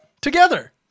together